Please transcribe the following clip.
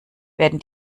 werden